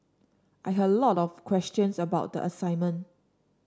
I had a lot of questions about the assignment